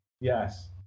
Yes